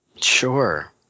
Sure